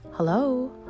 Hello